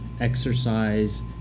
exercise